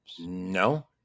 No